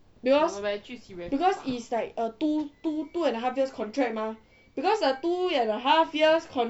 because it's like a two two two and a half years contract mah because a two and a half years contract